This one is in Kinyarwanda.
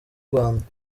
rwanda